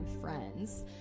friends